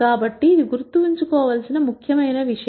కాబట్టి ఇది గుర్తుంచుకోవలసిన ముఖ్యమైన విషయం